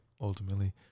ultimately